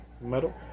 metal